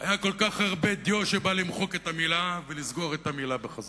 היה כל כך הרבה דיו שבא למחוק את המלה ולסגור את המלה בחזרה.